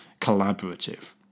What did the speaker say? collaborative